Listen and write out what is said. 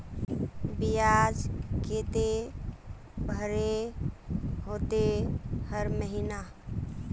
बियाज केते भरे होते हर महीना?